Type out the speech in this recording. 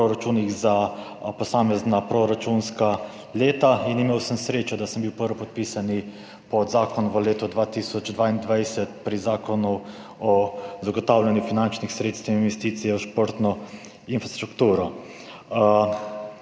proračunih za posamezna proračunska leta in imel sem srečo, da sem bil prvopodpisani pod zakon v letu 2022, torej pri Zakonu o zagotavljanju finančnih sredstev za investicije v športno infrastrukturo.